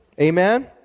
Amen